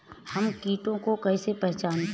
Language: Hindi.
हम कीटों को कैसे पहचाने?